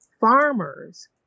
farmers